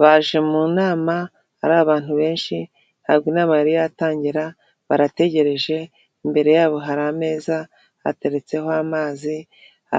Baje mu nama ari abantu benshi, ntago inama yari yatangira barategereje, imbere y'abo hari ameza hateretseho amazi,